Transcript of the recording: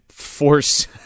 force